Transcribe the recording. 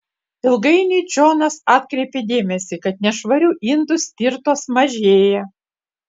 ilgainiui džonas atkreipė dėmesį kad nešvarių indų stirtos mažėja